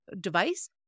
device